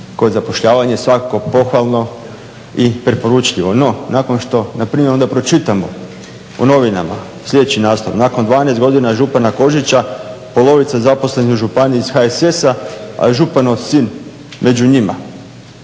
kod zapošljavanja je svakako pohvalno i preporučljivo, no nakon što npr. onda pročitamo u novinama sljedeći naslov: nakon 12 godina župana Kožića polovica zaposlenih u županiji iz HSS-a, a županov sin među njima,